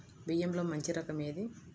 బియ్యంలో మంచి రకం ఏది?